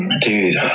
Dude